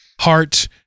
heart